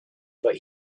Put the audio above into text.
but